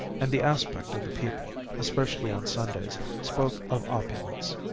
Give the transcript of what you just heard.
and the aspect of the people, especially on sundays, spoke of opulence.